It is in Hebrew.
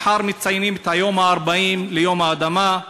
ומחר מציינים 40 שנה ליום האדמה,